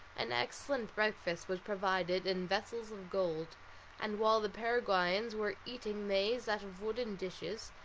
an excellent breakfast was provided in vessels of gold and while the paraguayans were eating maize out of wooden dishes,